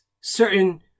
certain